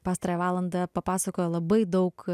pastarąją valandą papasakojo labai daug